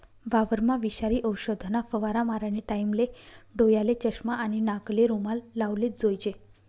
वावरमा विषारी औषधना फवारा मारानी टाईमले डोयाले चष्मा आणि नाकले रुमाल लावलेच जोईजे